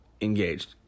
engaged